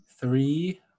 three